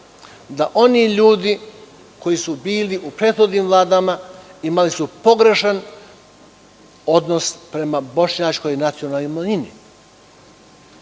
da oni ljudi koji su bili u prethodnim vladama su imali pogrešan odnos prema bošnjačkoj nacionalnoj